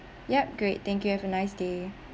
yup great thank you have a nice day